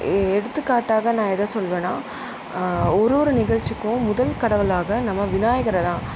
எ எடுத்துக்காட்டாக நான் எதை சொல்வேன்னா ஒரு ஒரு நிகழ்ச்சிக்கும் முதல் கடவுளாக நம்ம விநாயகரை தான்